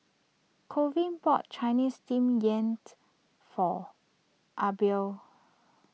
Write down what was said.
Colvin bought Chinese Steamed Yam for Adelbert